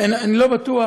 אני לא בטוח